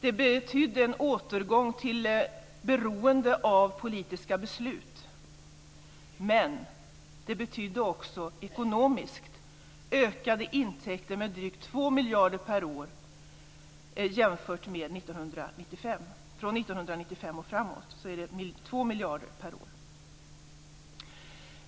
Det betydde en återgång till ett beroende av politiska beslut men det betydde också ekonomiskt ökade intäkter med drygt 2 miljarder per år jämfört med år 1995. Från 1995 och framåt är det ju fråga om 2 miljarder per år.